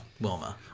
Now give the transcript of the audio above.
Wilma